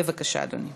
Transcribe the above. בבקשה, אדוני.